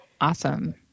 Awesome